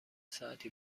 ساعتی